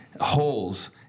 holes